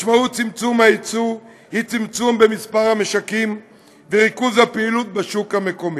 משמעות צמצום היצוא היא צמצום מספר המשקים וריכוז הפעילות בשוק המקומי.